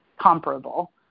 comparable